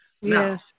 Yes